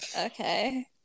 okay